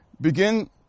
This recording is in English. begin